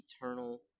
eternal